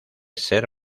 ser